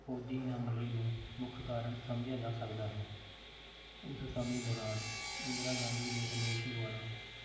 ਫੌਜੀ ਹਮਲੇ ਨੂੰ ਮੁੱਖ ਕਾਰਨ ਸਮਝਿਆ ਜਾ ਸਕਦਾ ਹੈ ਉਸ ਸਮੇਂ ਦੌਰਾਨ ਇੰਦਰਾ ਗਾਂਧੀ ਦੇ ਆਦੇਸ਼ ਦੁਆਰਾ